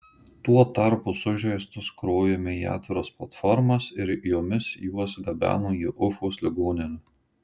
tuo tarpu sužeistus krovėme į atviras platformas ir jomis juos gabeno į ufos ligoninę